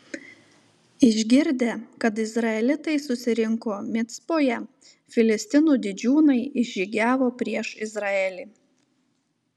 išgirdę kad izraelitai susirinko micpoje filistinų didžiūnai išžygiavo prieš izraelį